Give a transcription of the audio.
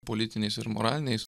politiniais ir moraliniais